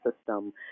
system